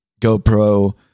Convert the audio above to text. GoPro